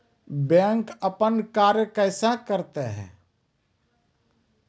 Bank अपन कार्य कैसे करते है?